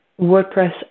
WordPress